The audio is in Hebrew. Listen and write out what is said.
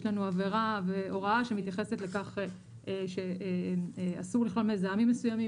יש לנו הוראה שמתייחסת לכך שאסור לכלול מזהמים מסוימים